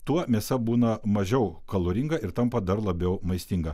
tuo mėsa būna mažiau kaloringa ir tampa dar labiau maistinga